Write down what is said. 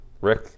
Rick